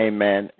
Amen